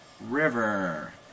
River